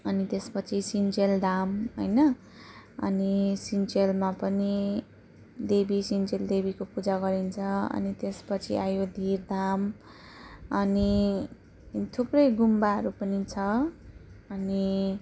अनि त्यसपछि सिन्चेल धाम होइन अनि सिन्चेलमा पनि देवी सिन्चेल देवीको पूजा गरिन्छ अनि त्यसपछि आयो धीरधाम अनि थुप्रै गुम्बाहरू पनि छ अनि